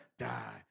Die